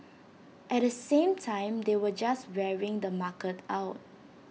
at the same time they were just wearing the market out